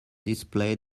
display